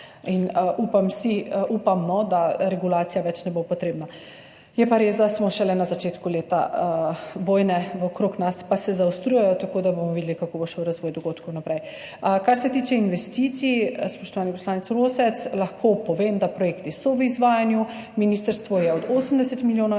in upamo, jaz upam, da regulacija ne bo več potrebna. Je pa res, da smo šele na začetku leta, vojne okrog nas pa se zaostrujejo, tako da bomo videli, kako bo šel razvoj dogodkov naprej. Kar se tiče investicij, spoštovani poslanec Rosec, lahko povem, da so projekti v izvajanju, ministrstvo je od 80 milijonov